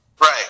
Right